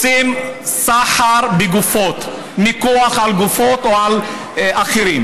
רוצים סחר בגופות, מיקוח על גופות או על אחרים.